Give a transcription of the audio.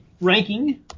ranking